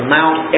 Mount